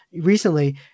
recently